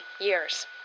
years